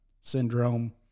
syndrome